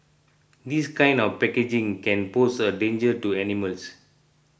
this kind of packaging can pose a danger to animals